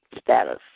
Status